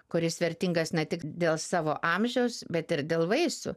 kuris vertingas ne tik dėl savo amžiaus bet ir dėl vaisių